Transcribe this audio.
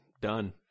done